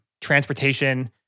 transportation